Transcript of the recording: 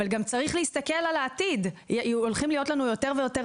אבל גם צריך להסתכל על העתיד הולכים להיות לנו יותר ויותר